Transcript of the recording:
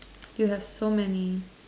you have so many